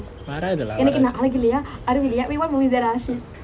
வராது:vaarathu lah